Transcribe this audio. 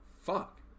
fuck